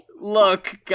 Look